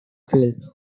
field